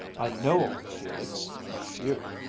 i know old felix, a few.